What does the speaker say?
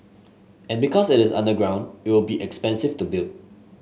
and because it is underground it will be expensive to build